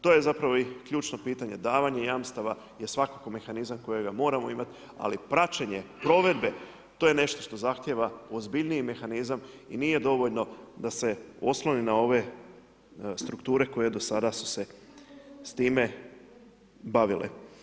To je zapravo i ključno pitanje, davanje jamstava je svakako mehanizam kojega moramo imat, ali praćenje provedbe, to je nešto što zahtjeva ozbiljniji mehanizam i nije dovoljno da se osloni na ove strukture koje do sada su se s time bavile.